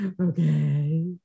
okay